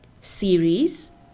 Series